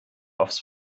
aufs